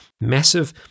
massive